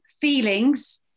feelings